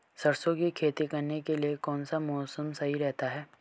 सरसों की खेती करने के लिए कौनसा मौसम सही रहता है?